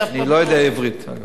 אני אף פעם, אני לא יודע עברית, אגב.